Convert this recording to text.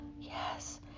yes